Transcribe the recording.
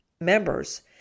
members